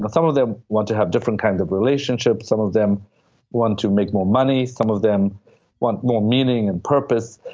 ah some of them want to have different kinds of relationships. some of them want to make more money. some of them want more meaning and purpose.